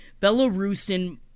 Belarusian